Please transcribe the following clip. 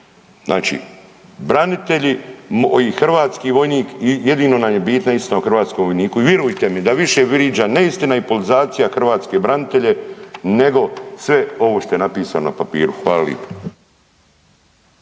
Znači, branitelji i hrvatski vojnik i jedino nam je bitna istina o hrvatskom vojniku i virujte mi da više vriđa neistina i politizacija hrvatske branitelje nego sve ovo što je napisano na papiru. Hvala lipa.